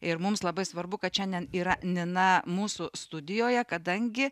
ir mums labai svarbu kad šiandien yra nina mūsų studijoje kadangi